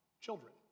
children